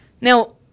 Now